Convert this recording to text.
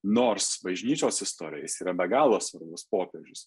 nors bažnyčios istorijoje jis yra be galo svarbus popiežius